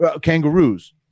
Kangaroos